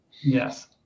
Yes